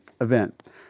event